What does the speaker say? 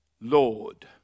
Lord